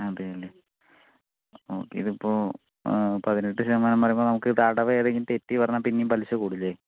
അതെലെ ഓക്കേ ഇതിപ്പോ പതിനെട്ട് ശതമാനംന്ന് പറയുമ്പോ നമുക്കിപ്പോ അടവ് ഏതെങ്കിലും തെറ്റിന്ന് പറഞ്ഞാൽ പിന്നേം പലിശ കൂടുലെ